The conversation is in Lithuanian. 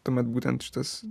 tuomet būtent šitas